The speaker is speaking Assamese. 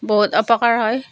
বহুত অপকাৰ হয়